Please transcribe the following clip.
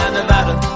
Nevada